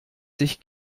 sich